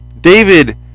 David